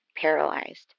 paralyzed